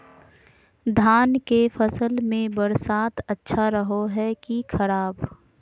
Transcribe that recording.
धान के फसल में बरसात अच्छा रहो है कि खराब?